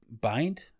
bind